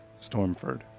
Stormford